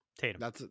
Tatum